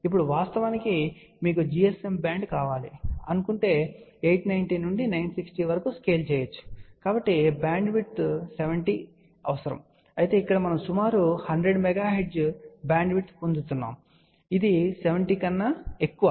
ఇప్పుడు వాస్తవానికి మీకు GSM బ్యాండ్ కావాలి అని అనుకుంటే 890 నుండి 960 వరకు స్కేల్ చేయవచ్చు కాబట్టి బ్యాండ్విడ్త్ 70 అవసరం అయితే ఇక్కడ మనము సుమారు మీరు 100 MHz బ్యాండ్విడ్త్ పొందుతున్నాము అని చెప్పవచ్చు ఇది 70 కన్నా ఎక్కువ